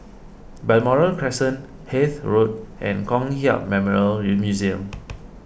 Balmoral Crescent Hythe Road and Kong Hiap Memorial Museum